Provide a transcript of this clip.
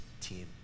team